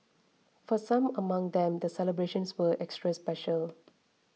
for some among them the celebrations were extra special